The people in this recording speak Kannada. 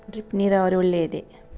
ಡ್ರಿಪ್ ನೀರಾವರಿ ಒಳ್ಳೆಯದೇ?